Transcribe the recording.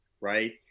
right